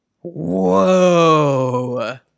Whoa